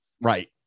Right